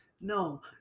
No